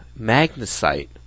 magnesite